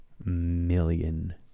Million